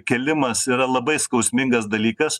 kėlimas yra labai skausmingas dalykas